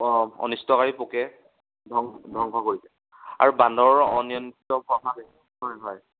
অঁ অনিষ্টকাৰী পোকে ধং ধ্বংস কৰিছে আৰু বান্দৰৰ